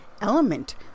element